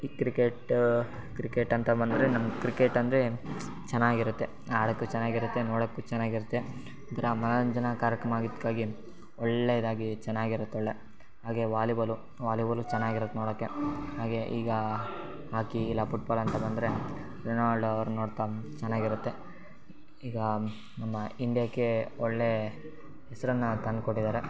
ಈ ಕ್ರಿಕೆಟ್ಟೂ ಕ್ರಿಕೆಟ್ ಅಂತ ಬಂದರೆ ನಮ್ಗೆ ಕ್ರಿಕೆಟ್ ಅಂದರೆ ಚೆನ್ನಾಗಿರುತ್ತೆ ಆಡಕ್ಕೂ ಚೆನ್ನಾಗಿರುತ್ತೆ ನೋಡಕ್ಕೂ ಚೆನ್ನಾಗಿರುತ್ತೆ ಒಂಥರ ಮನರಂಜನಾ ಕಾರ್ಯಕ್ರಮ ಆಗಿದ್ದಕ್ಕಾಗಿ ಒಳ್ಳೆಯದಾಗಿ ಚೆನ್ನಾಗಿರುತ್ತೆ ಒಳ್ಳೆಯ ಹಾಗೇ ವಾಲಿಬಾಲು ವಾಲಿಬಾಲು ಚೆನ್ನಾಗಿರುತ್ತೆ ನೋಡಕ್ಕೆ ಹಾಗೇ ಈಗ ಹಾಕಿ ಇಲ್ಲ ಪುಟ್ಬಾಲ್ ಅಂತ ಬಂದರೆ ರೊನಾಲ್ಡೋ ಅವ್ರು ನೋಡ್ತಾ ಚೆನ್ನಾಗಿರುತ್ತೆ ಈಗ ನಮ್ಮ ಇಂಡ್ಯಕ್ಕೆ ಒಳ್ಳೆಯ ಹೆಸರನ್ನ ತಂದುಕೊಟ್ಟಿದ್ದಾರೆ